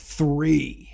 three